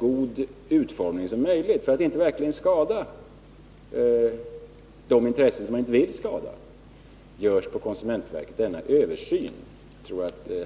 god utformning som möjligt, för att de inte skall skada intressen som man inte vill skada, görs denna översyn på konsumentverket.